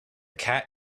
cat